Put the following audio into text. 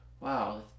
wow